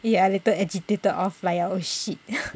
bee ah later agitated or fly out eh shit